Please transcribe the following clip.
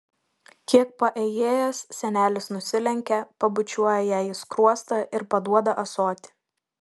kiek paėjėjęs senelis nusilenkia pabučiuoja jai į skruostą ir paduoda ąsotį